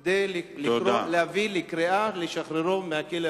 אנחנו נעשה הכול כדי להביא לקריאה לשחררו מהכלא המצרי.